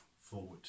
forward